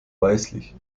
weißlich